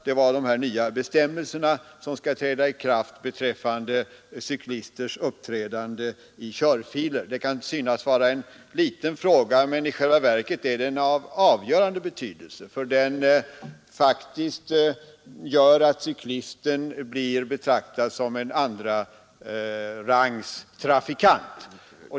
Det var de nya bestämmelser som skall träda i kraft och som avser cyklisters uppträdande i körfiler. Det kan synas vara en liten fråga, men i själva verket är den av avgörande betydelse, eftersom den faktiskt gör att cyklisten blir betraktad som en andrarangstrafikant.